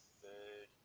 third